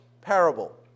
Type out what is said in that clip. parable